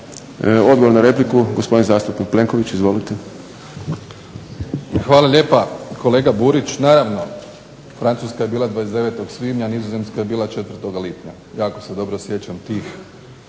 Hvala lijepa kolega Burić. Naravno, Francuska je bila 29. svibnja, Nizozemska je bila 4. lipnja. Jako se dobro sjećam tih